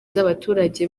z’abaturage